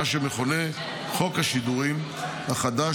מה שמכונה: חוק השידורים החדש,